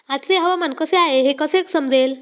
आजचे हवामान कसे आहे हे कसे समजेल?